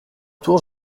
tour